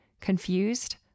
confused